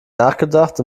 nachgedacht